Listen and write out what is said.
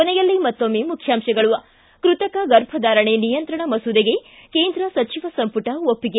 ಕೊನೆಯಲ್ಲಿ ಮತ್ತೊಮ್ಮೆ ಮುಖ್ಯಾಂಶಗಳು ಕ್ಕೆ ಕೃತಕ ಗರ್ಭಧಾರಣೆ ನಿಯಂತ್ರಣ ಮಸೂದೆಗೆ ಕೇಂದ್ರ ಸಚಿವ ಸಂಪುಟ ಒಪ್ಪಿಗೆ